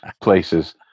places